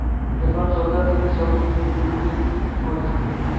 এখন সরকার থেকে সব কিছু ডিজিটাল করছে